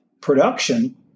production